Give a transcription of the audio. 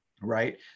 right